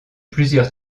plusieurs